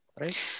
right